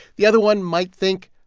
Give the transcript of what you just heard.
the other one might think,